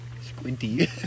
squinty